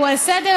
הוא על סדר-היום,